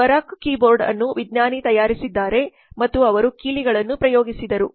Dvorak keyboard ಅನ್ನು ವಿಜ್ಞಾನಿ ತಯಾರಿಸಿದ್ದಾರೆ ಮತ್ತು ಅವರು ಕೀಲಿಗಳನ್ನು ಪ್ರಯೋಗಿಸಿದರು